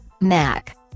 Mac